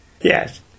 Yes